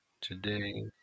today